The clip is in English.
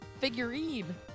figurine